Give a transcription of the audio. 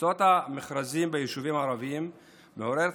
תוצאות המכרזים ביישובים הערביים מעוררות